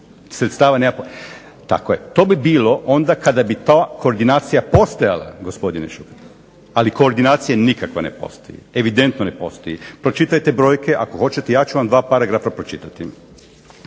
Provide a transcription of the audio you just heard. to bi bilo onda kada bi ta koordinacija postojala gospodine Šuker, ali koordinacija nikakva ne postoji, evidentno ne postoji. Pročitajte brojke ako hoćete ja ću vam dva paragrafa pročitati.